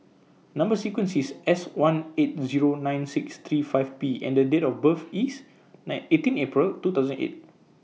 Number sequence IS S one eight Zero nine six three five P and Date of birth IS nine eighteen April two thousand and eight